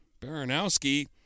Baranowski